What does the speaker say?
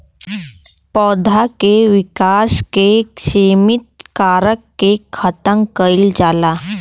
पौधा के विकास के सिमित कारक के खतम कईल जाला